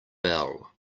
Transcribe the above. bell